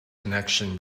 connection